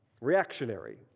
reactionary